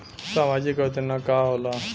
सामाजिक योजना का होला?